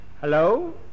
Hello